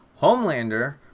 homelander